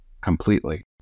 completely